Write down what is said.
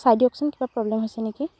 চাই দিয়কচোন কিবা প্ৰব্লেম হৈছে নেকি